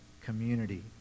community